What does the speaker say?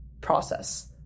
process